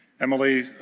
Emily